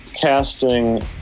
casting